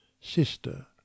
sister